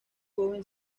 joven